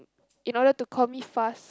in order to call me fast